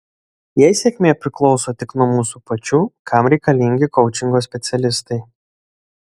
jei sėkmė priklauso tik nuo mūsų pačių kam reikalingi koučingo specialistai